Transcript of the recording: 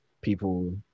people